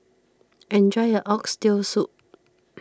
enjoy your Oxtail Soup